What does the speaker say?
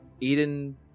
Eden